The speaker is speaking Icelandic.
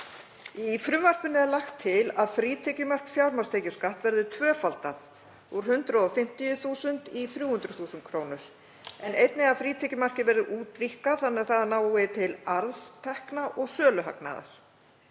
„Í frumvarpinu er lagt til að frítekjumark fjármagnstekjuskatts verði tvöfaldað, úr 150.000 kr. í 300.000 kr., en einnig að frítekjumarkið verði útvíkkað þannig að það nái til arðstekna og söluhagnaðar.